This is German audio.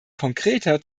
konkreter